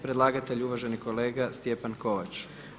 Predlagatelj je uvaženi kolega Stjepan Kovač.